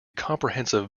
comprehensive